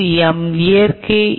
M இயற்கை ஈ